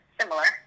similar